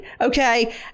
okay